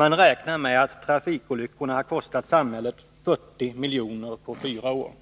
Man räknar med att trafikolyckorna har kostat samhället 40 milj.kr. på fyra år.